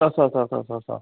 असं असं असं असं असं